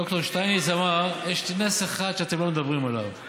ד"ר שטייניץ אמר: יש נס אחד שאתם לא מדברים עליו,